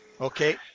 Okay